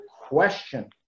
question